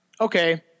okay –